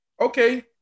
Okay